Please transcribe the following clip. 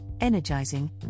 energizing